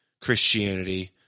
Christianity